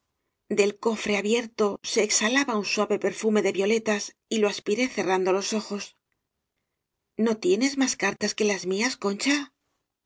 del cofre abierto se exalaba un suave per fume de violetas y lo aspiré cerrando los ojos no tienes más cartas que las mías concha